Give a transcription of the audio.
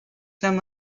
them